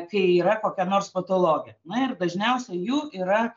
kai yra kokia nors patologija na ir dažniausiai jų yra